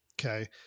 okay